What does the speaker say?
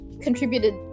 contributed